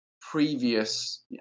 previous